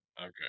Okay